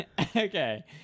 Okay